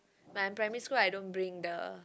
when I'm in primary school I don't bring the